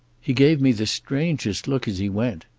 he gave me the strangest look as he went.